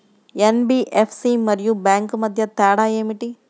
NBFC మరియు bank మధ్య తేడా ఏమిటీ?